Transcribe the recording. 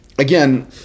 Again